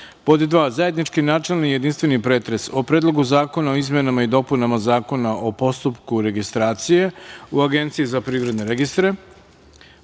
značaja;2. zajednički načelni i jedinstveni pretres o: Predlogu zakona o izmenama i dopunama Zakona o postupku registracije u Agenciji za privredne registre,